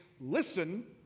listen